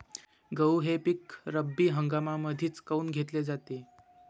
गहू हे पिक रब्बी हंगामामंदीच काऊन घेतले जाते?